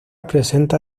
presenta